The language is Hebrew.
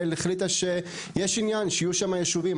החליטה שיש עניין שיהיו שם ישובים.